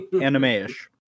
Anime-ish